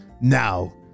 now